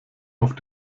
auf